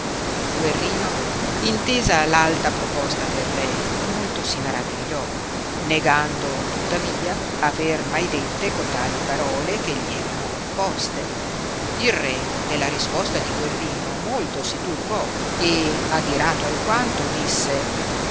guerrino intesa alta proposta del re molto si maravigliò negando tùtttavia aver mai dette cotali parole che gli erano imposte il re della risposta di guerrino molto si turbò e addato alquanto disse